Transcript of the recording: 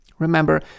Remember